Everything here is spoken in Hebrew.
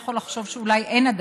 ואתה יכול לחשוב שאולי אין הדתה,